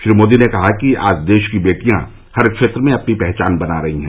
श्री मोदी ने कहा कि आज देश की बेटियां हर क्षेत्र में अपनी पहचान बना रही हैं